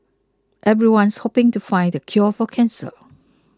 everyone's hoping to find the cure for cancer